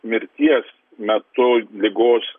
mirties metu ligos